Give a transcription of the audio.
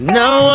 now